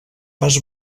pas